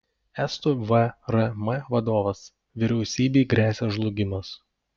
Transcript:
estų vrm vadovas vyriausybei gresia žlugimas